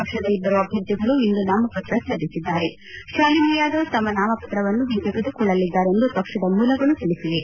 ಪಕ್ಷದ ಇಬ್ಬರು ಅಭ್ಯರ್ಥಿಗಳು ಇಂದು ನಾಮಪತ್ರ ಸಲ್ಲಿಸಿದ್ದಾರೆ ಶಾಲಿನಿ ಯಾದವ್ ಶಮ್ಮ ನಾಮಪತ್ರವನ್ನು ಒಂತೆಗೆದುಕೊಳ್ಳಲಿದ್ದಾರೆ ಎಂದು ಪಕ್ಷದ ಮೂಲಗಳು ತಿಳಿಸಿವೆ